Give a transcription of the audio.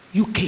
UK